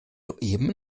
soeben